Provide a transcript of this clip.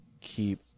keep